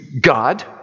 God